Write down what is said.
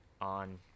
on